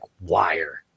wire